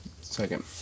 second